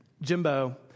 Jimbo